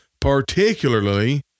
particularly